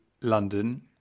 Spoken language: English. London